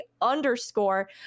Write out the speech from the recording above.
underscore